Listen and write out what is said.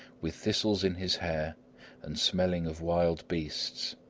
with thistles in his hair and smelling of wild beasts.